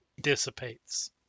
dissipates